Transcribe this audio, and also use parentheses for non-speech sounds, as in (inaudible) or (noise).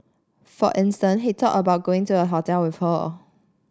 for (unintelligible) he talk about going to a hotel with her